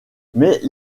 mais